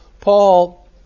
Paul